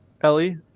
Ellie